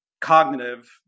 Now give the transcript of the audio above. cognitive